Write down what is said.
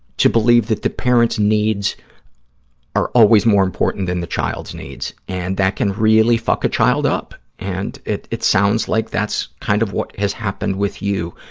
to believe that the parent's needs are always more important than the child's needs, and that can really fuck a child up, and it it sounds like that's kind of what has happened with you,